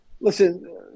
Listen